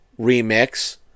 Remix